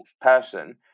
person